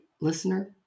listener